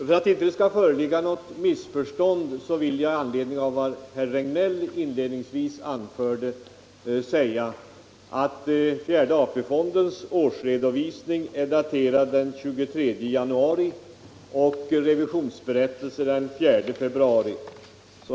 För att det inte skall föreligga något missförstånd vill jag — i anledning av vad herr Regnéll inledningsvis anförde — säga att fjärde AP-fondens årsredovisning är daterad den 23 januari och revisionsberättelsen den 4 februari.